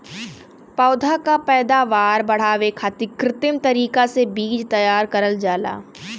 पौधा क पैदावार बढ़ावे खातिर कृत्रिम तरीका से बीज तैयार करल जाला